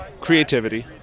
creativity